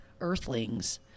earthlings